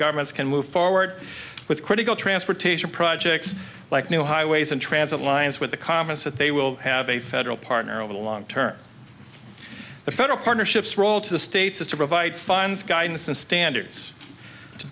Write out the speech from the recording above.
governments can move forward with critical transportation projects like new highways and transit lines with the commerce that they will have a federal partner over the long term the federal partnerships roll to the states to provide funds guidance and standards to